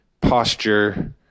posture